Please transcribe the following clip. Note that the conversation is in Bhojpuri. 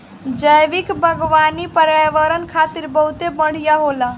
जैविक बागवानी पर्यावरण खातिर बहुत बढ़िया होला